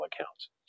accounts